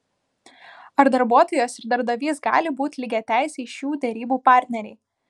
ar darbuotojas ir darbdavys gali būti lygiateisiai šių derybų partneriai